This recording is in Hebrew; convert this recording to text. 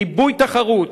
ריבוי תחרות,